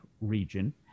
region